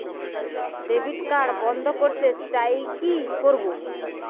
Debit card বন্ধ করতে চাই কি করব?